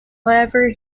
however